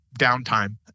downtime